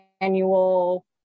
annual